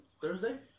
Thursday